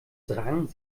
drang